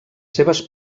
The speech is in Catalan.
seves